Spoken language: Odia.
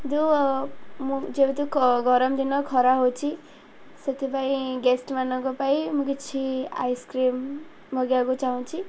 ଯେଉଁ ମୁଁ ଯେହେତୁ ଗରମ ଦିନ ଖରା ହେଉଛି ସେଥିପାଇଁ ଗେଷ୍ଟମାନଙ୍କ ପାଇଁ ମୁଁ କିଛି ଆଇସ୍କ୍ରିମ୍ ମଗେଇିବାକୁ ଚାହୁଁଛି